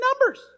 numbers